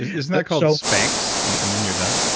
isn't that called ah spanx, and and then you're done?